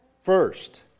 First